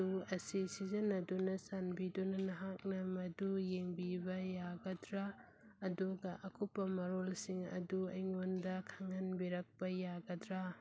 two ꯑꯁꯤ ꯁꯤꯖꯤꯟꯅꯗꯨꯅ ꯆꯥꯟꯕꯤꯗꯨꯅ ꯅꯍꯥꯛꯅ ꯃꯗꯨ ꯌꯦꯡꯕꯤꯕ ꯌꯥꯒꯗ꯭ꯔꯥ ꯑꯗꯨꯒ ꯑꯀꯨꯞꯄ ꯃꯔꯣꯜꯁꯤꯡ ꯑꯗꯨ ꯑꯩꯉꯣꯟꯗ ꯈꯪꯍꯟꯕꯤꯔꯛꯄ ꯌꯥꯒꯗ꯭ꯔꯥ